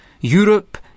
Europe